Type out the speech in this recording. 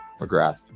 McGrath